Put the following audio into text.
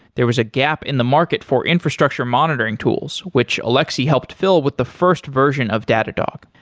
there was a gap in the market for infrastructure monitoring tools which alexi helped fill with the first version of datadog.